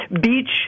beach